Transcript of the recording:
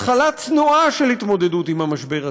התחלה צנועה של התמודדות עם המשבר הזה.